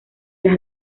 las